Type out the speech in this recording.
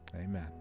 Amen